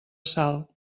sal